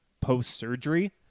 post-surgery